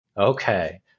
okay